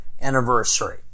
anniversary